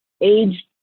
age